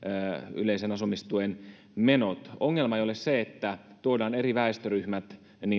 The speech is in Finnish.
yleisen asumistuen menot ongelma ei ole se että tuodaan eri väestöryhmät